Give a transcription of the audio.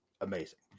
amazing